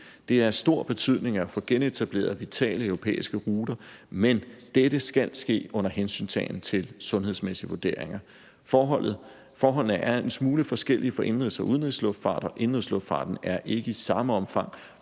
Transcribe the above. Det er af stor betydning at få genetableret vitale europæiske ruter, men dette skal ske under hensyntagen til sundhedsmæssige vurderinger. Forholdene er en smule forskellige for indenrigs- og udenrigsluftfart, og indenrigsluftfarten er ikke i samme omfang